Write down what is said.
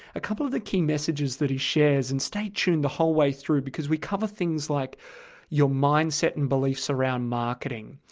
a couple of the key messages that he shares, and stay tuned the whole way through because we cover things like your mindset and beliefs around marketing,